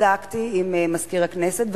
בדקתי עם מזכירת הכנסת,